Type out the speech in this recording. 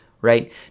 right